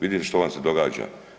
Vidite što vam se događa.